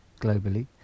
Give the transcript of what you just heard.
globally